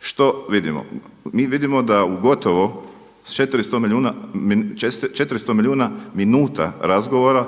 Što vidimo? Mi vidimo da u gotovo 400 milijuna minuta razgovora